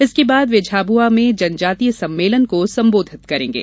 उसके बाद वे झाबुआ में जनजातीय सम्मेलन को संबोधित करेंगे